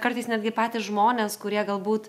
kartais netgi patys žmonės kurie galbūt